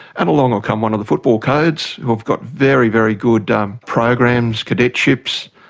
and along will come one of the football codes who have got very, very good um programs, cadetships,